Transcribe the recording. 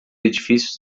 edifícios